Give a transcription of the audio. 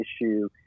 issue